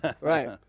Right